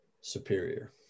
superior